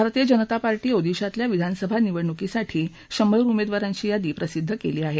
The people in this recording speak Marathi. भारतीय जनता पार्टीनं ओदिशामधल्या विधानसभा निवडणुकीसाठी शंभर उमेदवारांची यादी प्रसिद्ध केली आहे